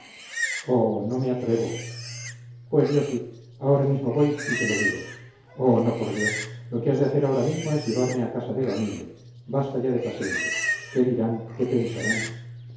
oh no me atrevo pues yo sí ahora mismo voy y se lo digo oh no por dios lo que has de hacer ahora mismo es llevarme a casa de gaminde basta ya de paseíto qué dirán qué pensarán